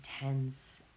intense